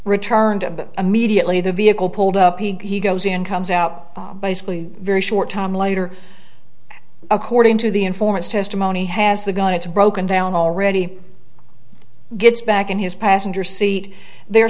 returned immediately the vehicle pulled up he goes in comes out basically very short time later according to the informants testimony has the gun it's broken down already gets back in his passenger seat the